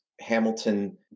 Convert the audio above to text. Hamilton